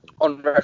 On